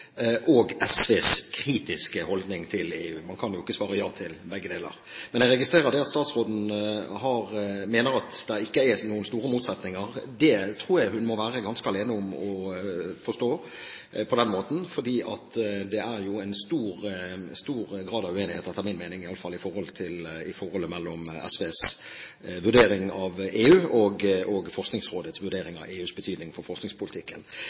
og SVs kritiske holdning til EU. Man kan jo ikke svare ja på begge deler, men jeg registrerer at statsråden mener at det ikke er noen store motsetninger. Det tror jeg hun må være ganske alene om å forstå på den måten, for det er jo en stor grad av uenighet, etter min mening i alle fall, i forholdet mellom SVs vurdering av EU og Forskningsrådets vurdering av EUs betydning for forskningspolitikken.